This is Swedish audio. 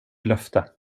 löfte